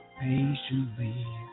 patiently